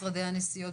משרדי הנסיעות.